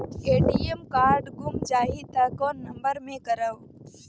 ATM card गुम जाही त कौन नम्बर मे करव?